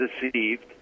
deceived